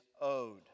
owed